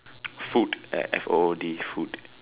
food F O O D food